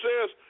says